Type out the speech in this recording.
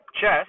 chess